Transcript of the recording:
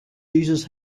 uses